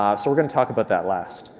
um so we're going to talk about that last.